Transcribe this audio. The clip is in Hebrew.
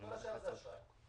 כל השאר זה אשראי.